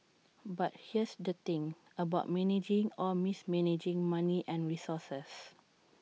but here's the thing about managing or mismanaging money and resources